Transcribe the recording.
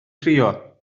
crio